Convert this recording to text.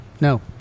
no